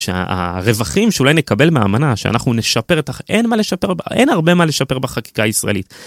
שהרווחים שאולי נקבל מאמנה, שאנחנו נשפר איתך, אין מה לשפר, אין הרבה מה לשפר בחקיקה הישראלית.